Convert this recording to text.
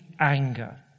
anger